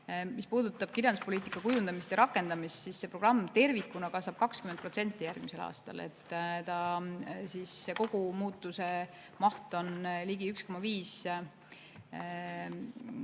Mis puudutab "Kirjanduspoliitika kujundamist ja rakendamist", siis see programm tervikuna kasvab 20% järgmisel aastal. Kogu muudatuse maht on ligi 1,5